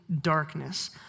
darkness